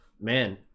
Man